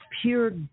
pure